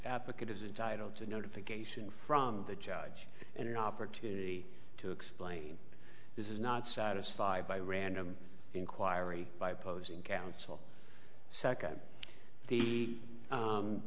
because as a title it's a notification from the judge and an opportunity to explain this is not satisfied by random inquiry by opposing counsel second the